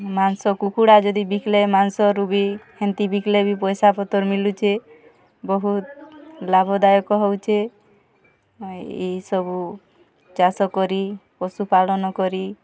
ମାଂସ କୁକୁଡ଼ା ଯଦି ବିକ୍ଲେ ମାଂସରୁ ବି ହେନ୍ତି ବିକ୍ଲେ ବି ପଇସା ପତର୍ ମିଲୁଛେ ବହୁତ୍ ଲାଭଦାୟକ ହଉଛେ ଇ ସବୁ ଚାଷ୍ କରି ପଶୁପାଳନ କରି